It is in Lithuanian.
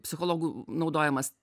psichologų naudojamas